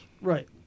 Right